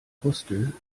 hostel